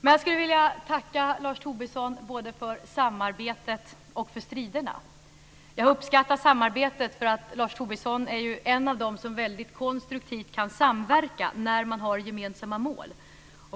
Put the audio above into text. Jag skulle vilja tacka Lars Tobisson både för samarbetet och för striderna. Jag uppskattar samarbetet. Lars Tobisson är en av dem som mycket konstruktivt kan samverka när man har gemensamma mål.